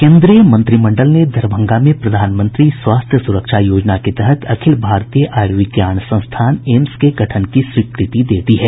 केंद्रीय मंत्रिमंडल ने दरभंगा में प्रधानमंत्री स्वास्थ्य सुरक्षा योजना के तहत अखिल भारतीय आयुर्विज्ञान संस्थान एम्स के गठन की स्वीकृति दे दी है